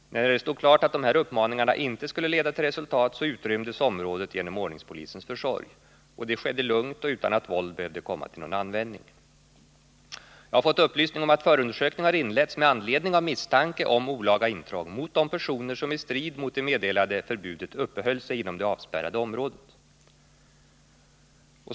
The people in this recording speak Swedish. & När det stod klart att dessa uppmaningar inte skulle leda till resultat, utrymdes området genom ordningspolisens försorg. Det skedde lugnt och utan att våld behövde komma till användning. av polis i arbets Jag har fått upplysning om att förundersökning har inletts med anledning konflikt av misstanke om olaga intrång mot de personer som i strid mot det meddelade förbudet uppehöll sig inom det avspärrade området.